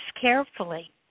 carefully